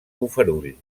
bofarull